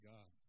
God